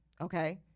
okay